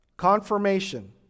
Confirmation